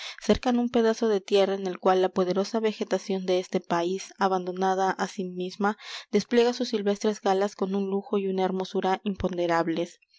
cercan un pedazo de tierra en el cual la poderosa vegetación de este país abandonada á sí misma despliega sus silvestres galas con un lujo y una hermosura imponderables